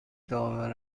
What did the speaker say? داور